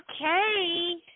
Okay